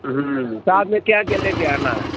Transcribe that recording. ساتھ میں کیا کیا لے کے آنا ہے